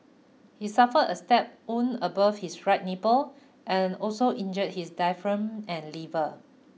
he suffered a stab wound above his right nipple and also injured his diaphragm and liver